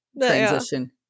transition